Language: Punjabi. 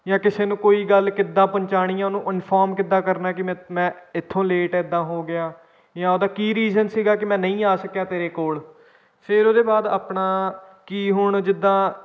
ਜਾਂ ਕਿਸੇ ਨੂੰ ਕੋਈ ਗੱਲ ਕਿੱਦਾਂ ਪਹੁੰਚਾਉਣੀ ਹੈ ਉਹਨੂੰ ਇੰਨਫੋਰਮ ਕਿੱਦਾਂ ਕਰਨਾ ਕਿ ਮੈਂ ਮੈਂ ਇੱਥੋਂ ਲੇਟ ਇੱਦਾਂ ਹੋ ਗਿਆ ਜਾਂ ਉਹਦਾ ਕੀ ਰੀਜ਼ਨ ਸੀਗਾ ਕਿ ਮੈਂ ਨਹੀਂ ਆ ਸਕਿਆ ਤੇਰੇ ਕੋਲ ਫਿਰ ਉਹਦੇ ਬਾਅਦ ਆਪਣਾ ਕਿ ਹੁਣ ਜਿੱਦਾਂ